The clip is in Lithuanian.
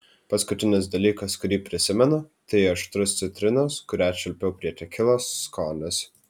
paskutinis dalykas kurį prisimenu tai aštrus citrinos kurią čiulpiau prie tekilos skonis